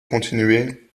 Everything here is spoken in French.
continuer